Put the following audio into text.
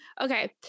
Okay